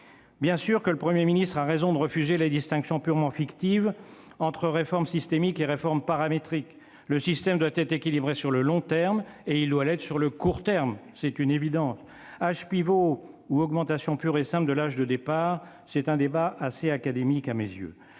Bien sûr, le Premier ministre a raison de refuser la distinction purement fictive entre réformes systémique et paramétrique ; le système doit être équilibré sur le long terme comme sur le court terme- c'est une évidence. Âge pivot ou augmentation pure et simple de l'âge de départ, c'est un débat assez académique à mes yeux.